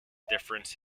difference